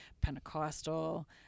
pentecostal